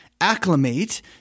Acclimate